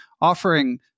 offering